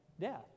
death